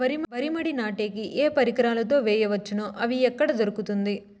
వరి మడి నాటే కి ఏ పరికరాలు తో వేయవచ్చును అవి ఎక్కడ దొరుకుతుంది?